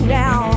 now